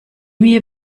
mir